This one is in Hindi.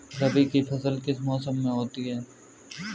रबी की फसल किस मौसम में होती है?